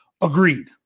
Agreed